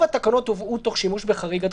התקנות הובאו תוך שימוש בחריג הדחיפות.